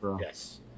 yes